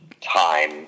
time